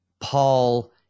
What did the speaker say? Paul